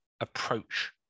approach